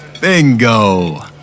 Bingo